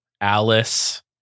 Alice